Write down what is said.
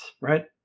right